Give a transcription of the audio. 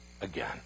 again